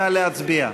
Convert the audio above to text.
נא להצביע.